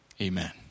amen